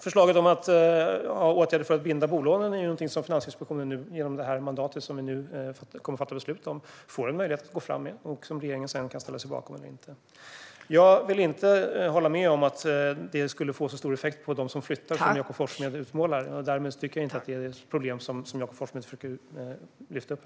Förslaget om åtgärder för att binda bolånen är något som Finansinspektionen får möjlighet att gå fram med genom det mandat som vi kommer att fatta beslut om och som regeringen sedan kan ställa sig bakom eller inte. Jag håller inte med om att det skulle få så stor effekt på dem som flyttar, som Jakob Forssmed utmålar. Därmed tycker jag inte att det är ett så stort problem som Jakob Forssmed försöker lyfta fram.